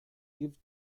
give